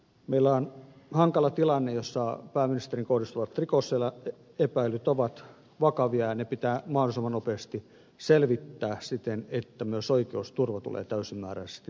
meillä on hankala tilanne jossa pääministeriin kohdistuvat rikosepäilyt ovat vakavia ja ne pitää mahdollisimman nopeasti selvittää siten että myös oikeusturva tulee täysimääräisesti taatuksi